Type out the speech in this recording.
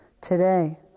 today